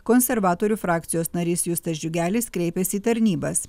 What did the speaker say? konservatorių frakcijos narys justas džiugelis kreipėsi į tarnybas